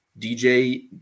DJ